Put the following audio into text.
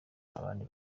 abandi